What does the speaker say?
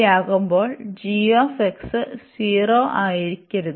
ആകുമ്പോൾ g 0 ആയിരിക്കരുത്